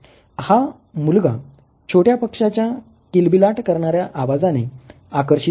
हा मुलगा छोट्या पक्षाच्या किलबिलाट करणाऱ्या आवाजाने आकर्षीत झाला